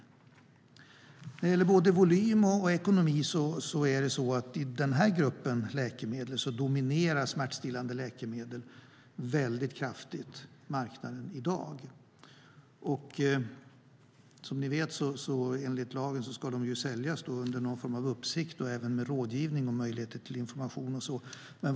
När det gäller både volym och ekonomi dominerar gruppen smärtstillande läkemedel väldigt kraftigt den marknaden i dag. Som ni vet ska dessa läkemedel enligt lagen säljas under någon form av uppsikt och även med möjligheter till information och rådgivning.